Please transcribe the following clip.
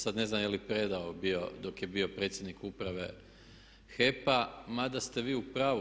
Sad ne znam je li predao bio dok je bio predsjednik uprave HEP-a, mada ste vi u pravu.